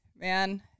man